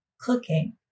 cooking